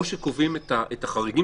או שקובעים את החריגים,